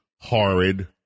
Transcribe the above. horrid